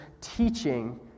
teaching